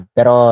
Pero